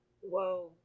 Whoa